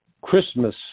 christmas